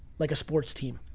like a sports team.